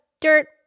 dirt